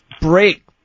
break